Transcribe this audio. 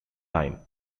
line